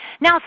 Now